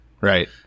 right